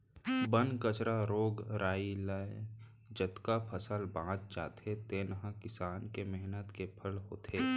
बन कचरा, रोग राई ले जतका फसल बाँच जाथे तेने ह किसान के मेहनत के फर होथे